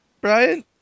Brian